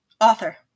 Author